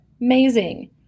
Amazing